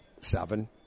seven